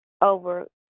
over